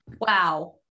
wow